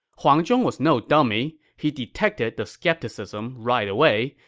huang zhong was no dummy. he detected the skepticism right away,